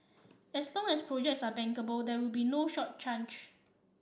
as long as projects are bankable there will be no short